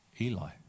Eli